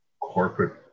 corporate